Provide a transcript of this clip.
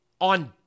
On